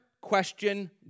question